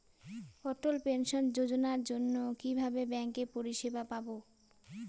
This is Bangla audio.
অটল পেনশন যোজনার জন্য কিভাবে ব্যাঙ্কে পরিষেবা পাবো?